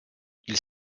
ils